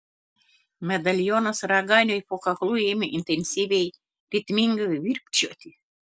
medalionas raganiui po kaklu ėmė intensyviai ritmingai virpčioti